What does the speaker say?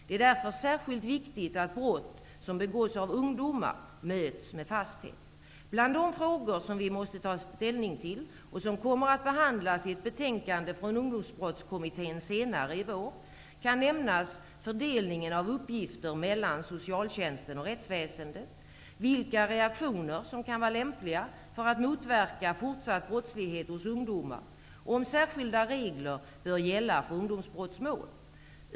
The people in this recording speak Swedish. Det är därför särskilt viktigt att brott som begås av ungdomar möts med fasthet. Bland de frågor som vi måste ta ställning till -- och som kommer att behandlas i ett betänkande från Ungdomsbrottskommittén senare i vår -- kan nämnas fördelningen av uppgifter mellan socialtjänsten och rättsväsendet, vilka reaktioner som kan vara lämpliga för att motverka fortsatt brottslighet hos ungdomar och om särskilda regler bör gälla för ungdomsbrottmål.